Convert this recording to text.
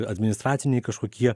administraciniai kažkokie